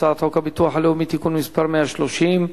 הצעת חוק הביטוח הלאומי (תיקון מס' 130)